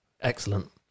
excellent